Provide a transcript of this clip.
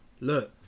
look